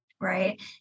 Right